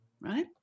right